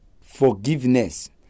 Forgiveness